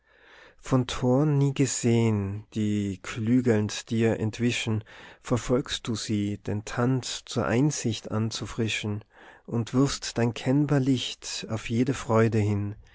von thoren nie gesehn die klügelnd dir entwischen verfolgst du sie den tand zur einsicht anzufrischen und wirfst dein kennbar licht auf jede freude hin